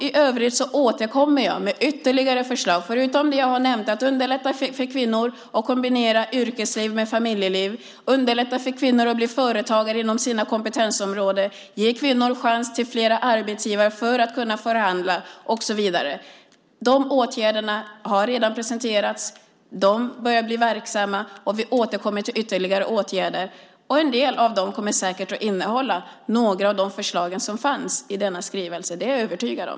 I övrigt återkommer jag med ytterligare förslag förutom det jag har nämnt, att underlätta för kvinnor att kombinera yrkesliv med familjeliv, att underlätta för kvinnor att bli företagare inom sina kompetensområden, att ge kvinnor chans till flera arbetsgivare för att kunna förhandla, och så vidare. De åtgärderna har redan presenterats. De börjar bli verksamma. Vi återkommer till ytterligare åtgärder, och en del av dem kommer säkert att innehålla några av de förslag som fanns i denna skrivelse. Det är jag övertygad om.